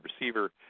receiver